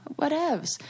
Whatevs